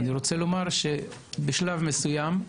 בשלב מסוים,